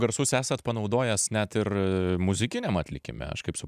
garsus esat panaudojęs net ir muzikiniam atlikime aš kaip su